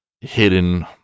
hidden